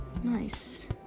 Nice